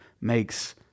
makes